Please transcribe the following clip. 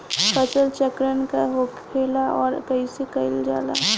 फसल चक्रण का होखेला और कईसे कईल जाला?